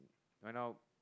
right now